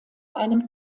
einem